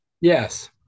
Yes